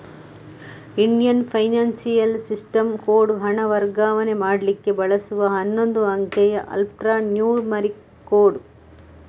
Indian financial system code ಹಣ ವರ್ಗಾವಣೆ ಮಾಡ್ಲಿಕ್ಕೆ ಬಳಸುವ ಹನ್ನೊಂದು ಅಂಕಿಯ ಆಲ್ಫಾ ನ್ಯೂಮರಿಕ್ ಕೋಡ್